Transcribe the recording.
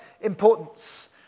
importance